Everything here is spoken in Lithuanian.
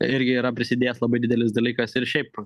irgi yra prisidėjęs labai didelis dalykas ir šiaip